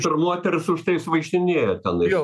ir moters už tai jos vaikštinėja tenais